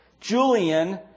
Julian